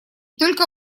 только